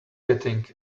getting